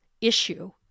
issue